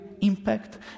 impact